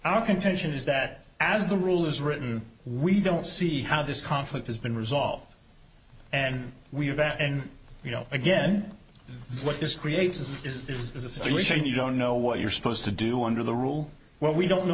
our contention is that as the rule is written we don't see how this conflict has been resolved and we have you know again what this creates is a situation you don't know what you're supposed to do under the rule what we don't know